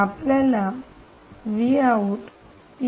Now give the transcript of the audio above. आपल्याला 3